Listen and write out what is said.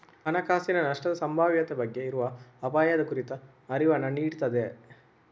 ಹಣಕಾಸಿನ ನಷ್ಟದ ಸಂಭಾವ್ಯತೆ ಬಗ್ಗೆ ಇರುವ ಅಪಾಯದ ಕುರಿತ ಅರಿವನ್ನ ನೀಡ್ತದೆ